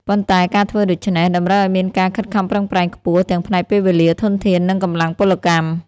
ប៉ុន្តែការធ្វើដូច្នេះ តម្រូវឲ្យមានការខិតខំប្រឹងប្រែងខ្ពស់ ទាំងផ្នែកពេលវេលា ធនធាន និងកម្លាំងពលកម្ម។